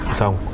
xong